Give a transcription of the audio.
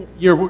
yeah,